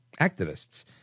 activists